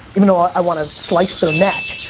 even though i wanna slice their neck,